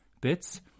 bits